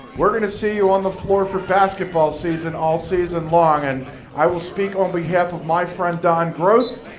we are going to see you on the floor for basketball season all season long and i will speak on behalf of my friend, donn groth,